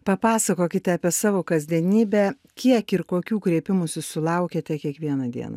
papasakokite apie savo kasdienybę kiek ir kokių kreipimųsi sulaukiate kiekvieną dieną